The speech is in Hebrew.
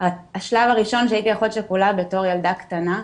השלב הראשון שהייתי אחות שכולה בתור ילדה קטנה,